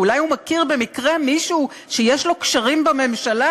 שאולי הוא מכיר במקרה מישהו שיש לו קשרים בממשלה,